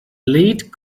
lead